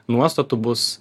nuostatų bus